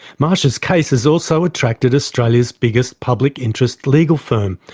marsh's case has also attracted australia's biggest public interest legal firm,